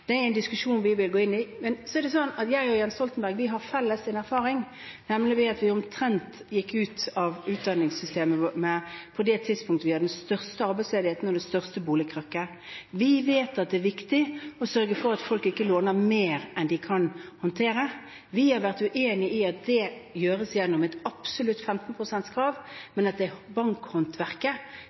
Det er en diskusjon vi vil gå inn i. Så er det sånn at jeg og Jens Stoltenberg har en erfaring felles, nemlig at vi begge gikk ut av utdanningssystemet omtrent på det tidspunkt da vi hadde den største arbeidsledigheten og det største boligkrakket. Vi vet at det er viktig å sørge for at folk ikke låner mer enn de kan håndtere. Vi har vært uenig i at det gjøres gjennom et absolutt 15 pst.-krav, det er bankhåndverket